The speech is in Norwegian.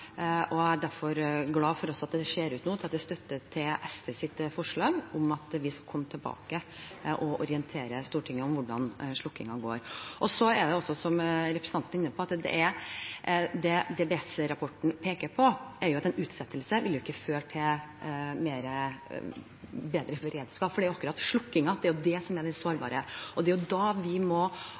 Jeg er derfor glad for at det nå ser ut til å være støtte for SVs forslag om at vi skal komme tilbake og orientere Stortinget om hvordan slukkingen går. Som representanten er inne på, peker DSB-rapporten på at en utsettelse ikke vil føre til bedre beredskap, for det er akkurat slukkingen som er det sårbare. Det er da vi må holde ekstra vakt overfor dem som trenger det aller mest, og det kommer jeg til å følge, sammen med kringkasterne. Vi